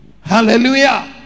Hallelujah